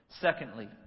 Secondly